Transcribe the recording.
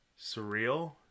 surreal